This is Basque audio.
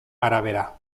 arabera